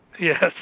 Yes